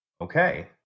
okay